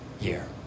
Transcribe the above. year